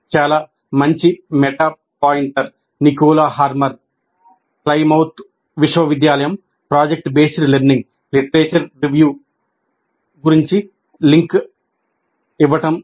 చాలా మంచి meta pointer Nicola Harmer Plymouth విశ్వవిద్యాలయం project based learning literature review link చివరిగా 01